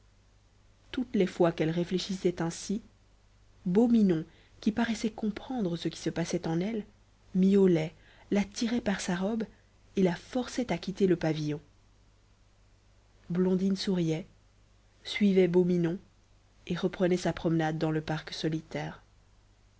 toutes les fois qu'elle réfléchissait ainsi beau minon qui paraissait comprendre ce qui se passait en elle miaulait la tirait par sa robe et la forçait à quitter le pavillon blondine souriait suivait beau minon et reprenait sa promenade dans le parc solitaire